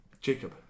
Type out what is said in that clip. jacob